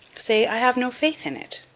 say, i have no faith in it.